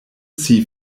see